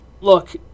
look